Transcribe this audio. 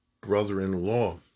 brother-in-law